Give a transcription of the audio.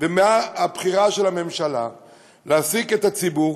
ומה הבחירה של הממשלה להעסיק את הציבור